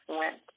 went